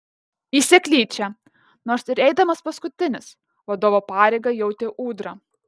į seklyčią nors ir eidamas paskutinis vadovo pareigą jautė ūdra